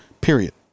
Period